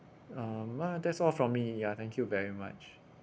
um well that's all from me ya thank you very much